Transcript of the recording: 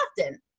often